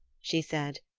she said,